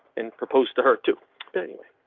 and proposed to her too anyway.